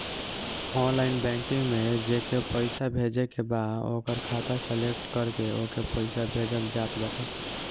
online banking में जेके पईसा भेजे के बा ओकर खाता सलेक्ट करके ओके पईसा भेजल जात बाटे